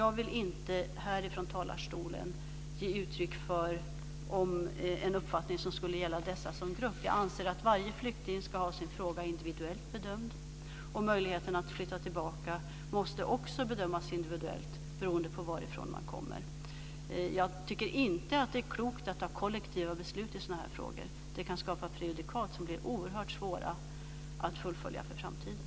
Jag vill inte från denna talarstol ge uttryck för en uppfattning som skulle gälla dessa flyktingar som grupp. Jag anser att varje flykting ska få sin fråga individuellt bedömd. Möjligheterna att flytta tillbaka måste också bedömas individuellt beroende på varifrån man kommer. Jag tycker inte att det är klokt att ta kollektiva beslut i sådana här frågor. Det kan skapa prejudikat som blir oerhört svåra att fullfölja för framtiden.